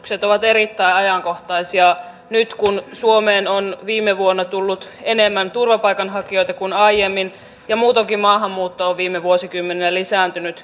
kotoutumiskysymykset ovat erittäin ajankohtaisia nyt kun suomeen on viime vuonna tullut enemmän turvapaikanhakijoita kuin aiemmin ja muutoinkin maahanmuutto on viime vuosikymmeninä lisääntynyt